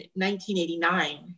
1989